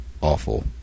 awful